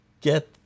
get